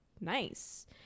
nice